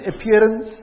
appearance